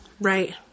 Right